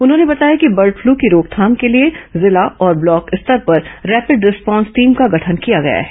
उन्होंने बताया कि बर्ड फ्लू की रोकथाम के लिए जिला और ब्लॉक स्तर पर रैपिड रिस्पॉन्स टीम का गठन किया गया है